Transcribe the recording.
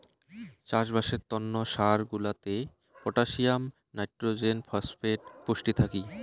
চাষবাসের তন্ন সার গুলাতে পটাসিয়াম, নাইট্রোজেন, ফসফেট পুষ্টি থাকি